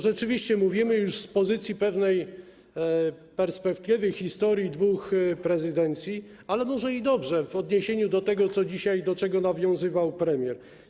Rzeczywiście mówimy już z pozycji pewnej perspektywy, historii dwóch prezydencji, ale może i dobrze, w odniesieniu do tego, do czego dzisiaj nawiązywał premier.